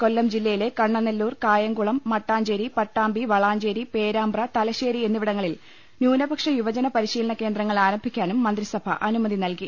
കൊല്ലം ജില്ല യിലെ കണ്ണനെല്ലൂർ കായംകുളം മട്ടാഞ്ചേരി പട്ടാമ്പി വളാഞ്ചേരി പേരാ മ്പ്ര തലശ്ശേരി എന്നിവിടങ്ങളിൽ ന്യൂനപക്ഷ യുവജന പരിശീലന കേന്ദ്ര ങ്ങൾ ആരംഭിക്കാനും മന്ത്രിസഭ അനുമതി നൽകി